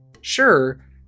Sure